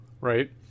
right